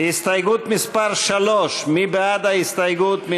הסתייגות מס' 3, מי בעד ההסתייגות?